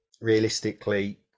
realistically